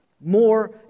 more